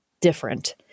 different